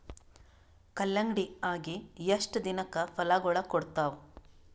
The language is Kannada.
ಕಲ್ಲಂಗಡಿ ಅಗಿ ಎಷ್ಟ ದಿನಕ ಫಲಾಗೋಳ ಕೊಡತಾವ?